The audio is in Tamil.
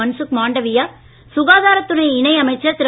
மன்சுக் மாண்டவியா சுகாதாரத் துறை இணை அமைச்சர் திரு